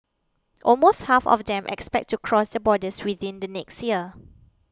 almost half of them expect to cross the borders within the next year